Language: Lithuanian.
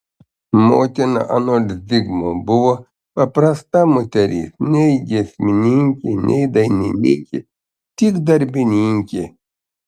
motina anot zigmo buvo paprasta moteris nei giesmininkė nei dainininkė tik darbininkė